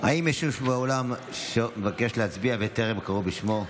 האם יש מישהו באולם שמבקש להצביע וטרם קראו בשמו?